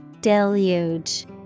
Deluge